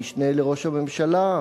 המשנה לראש הממשלה,